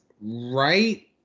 right